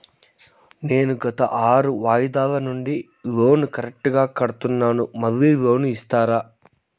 నేను గత ఆరు వాయిదాల నుండి లోను కరెక్టుగా కడ్తున్నాను, మళ్ళీ లోను ఇస్తారా?